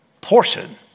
portion